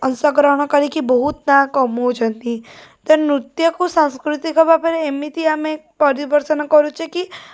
ଅଂଶଗ୍ରହଣ କରିକି ବହୁତ ନାଁ କମାଉଛନ୍ତି ତେଣୁ ନୃତ୍ୟକୁ ସାଂସ୍କୃତିକ ଭାବରେ ଏମିତି ଆମେ ପରିବେଷଣ କରୁଛେ କି